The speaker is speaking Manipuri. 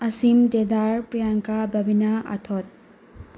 ꯑꯁꯤꯝ ꯗꯦꯗꯥꯔ ꯄ꯭ꯔꯤꯌꯥꯡꯀꯥ ꯕꯕꯤꯅ ꯑꯊꯣꯠ